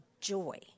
joy